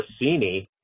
Rossini